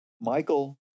Michael